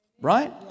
Right